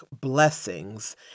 blessings